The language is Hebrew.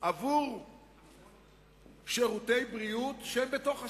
עבור שירותי בריאות שבתוך הסל.